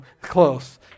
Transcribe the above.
close